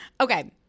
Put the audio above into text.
okay